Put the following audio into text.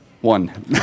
One